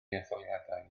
etholiadau